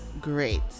Great